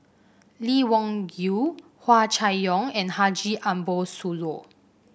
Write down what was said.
Lee Wung Yew Hua Chai Yong and Haji Ambo Sooloh